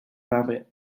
rabbit